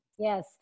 Yes